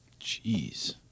Jeez